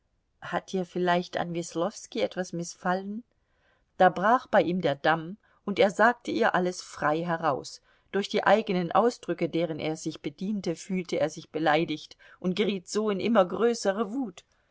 hat dir vielleicht an weslowski etwas mißfallen da brach bei ihm der damm und er sagte ihr alles frei heraus durch die eigenen ausdrücke deren er sich bediente fühlte er sich beleidigt und geriet so in immer größere wut